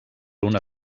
una